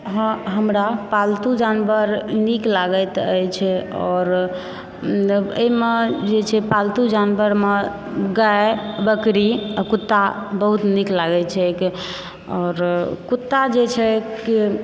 हँ हमरा पालतु जानवर नीक लागैत अछि आओर एहिमे जे छै पालतु जानवरमे गाय बकरी आ कुत्ता बहुत नीक लागै छैक आओर कुत्ता जे छैक